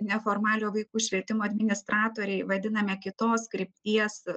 neformaliojo vaikų švietimo administratoriai vadiname kitos krypties